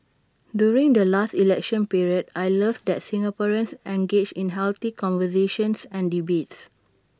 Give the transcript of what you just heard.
during the last election period I love that Singaporeans engage in healthy conversations and debates